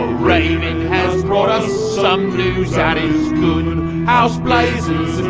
ah raven and has brought us some news that is good. and house blazers